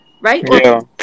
right